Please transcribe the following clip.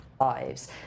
Lives